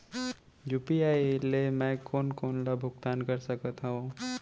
UPI ले मैं कोन कोन ला भुगतान कर सकत हओं?